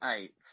eight